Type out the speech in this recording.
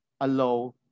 allow